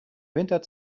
winter